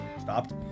stopped